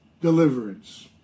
deliverance